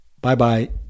Bye-bye